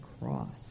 cross